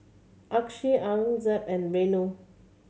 Akshay Aurangzeb and Renu